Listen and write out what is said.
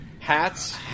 Hats